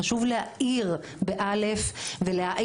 חשוב להאיר ולהעיר,